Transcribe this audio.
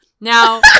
now